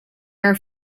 are